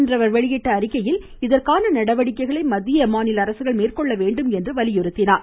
இன்று அவர் வெளியிட்டுள்ள அறிக்கையில் இதற்கான நடவடிக்கைகளை மத்திய மாநில அரசுகள் மேற்கொள்ள வேண்டும் என்றும் வலியுறுத்தினார்